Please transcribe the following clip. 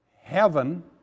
heaven